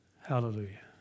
Hallelujah